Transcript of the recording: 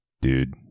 dude